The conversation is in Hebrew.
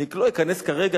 אני לא אכנס כרגע,